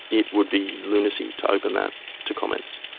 it would be lunacy to open that to comment,